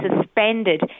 suspended